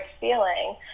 feeling